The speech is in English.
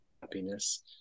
happiness